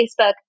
Facebook